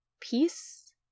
peace